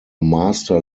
master